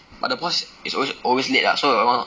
but it was it was always need ah